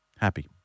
happy